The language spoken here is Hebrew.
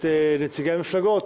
את נציגי המפלגות,